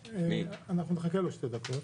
אנחנו נחכה לו שתי דקות.